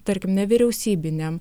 tarkim nevyriausybinėm